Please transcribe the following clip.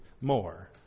more